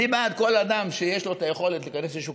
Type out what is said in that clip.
אני בעד שכל אדם שיש לו את היכולת להיכנס לשוק